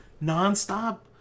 non-stop